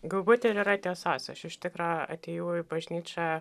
galbūt ir yra tiesos aš iš tikro atėjau į bažnyčią